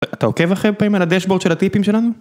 אתה עוקב אחרי פעם על הדשבורד של הטיפים שלנו?